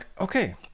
okay